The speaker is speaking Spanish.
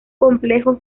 complejo